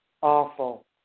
awful